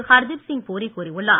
ஹர்தீப் சிங் பூரி கூறியுள்ளார்